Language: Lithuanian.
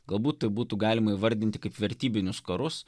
galbūt tai būtų galima įvardinti kaip vertybinius karus